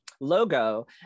logo